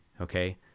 Okay